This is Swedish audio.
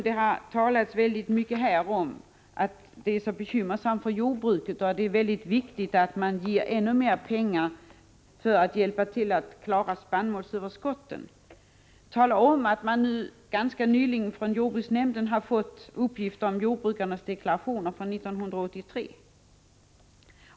Det har talats väldigt mycket här om att det är så bekymmersamt för jordbrukarna och att det är väldigt viktigt att man ger ännu mera pengar för att hjälpa till att klara spannmålsöverskottet. Det har ganska nyligen kommit uppgifter från jordbruksnämnden om jordbrukarnas deklarationer från 1983.